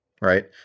right